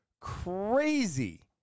crazy